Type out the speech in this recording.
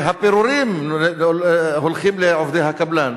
והפירורים הולכים לעובדי הקבלן.